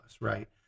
right